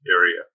area